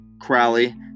Crowley